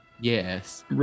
Yes